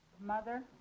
Mother